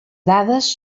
dades